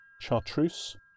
chartreuse